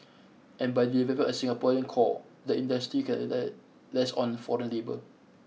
and by developing a Singaporean core the industry can rely less on foreign labour